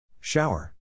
Shower